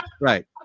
right